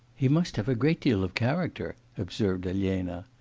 he must have a great deal of character observed elena.